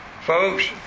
folks